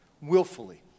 willfully